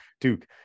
Duke